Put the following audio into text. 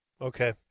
Okay